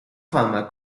fama